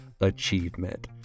achievement